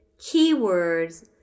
keywords